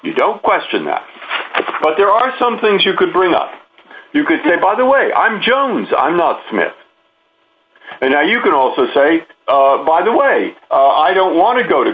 you don't question that but there are some things you could bring up you could say by the way i'm jones i'm not smith and now you can also say by the way i don't want to go to